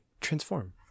transform